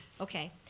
Okay